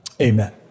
amen